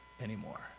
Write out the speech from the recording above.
anymore